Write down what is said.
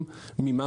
הרי, מה קורה?